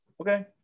Okay